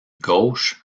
gauche